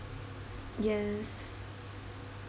yes